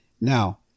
Now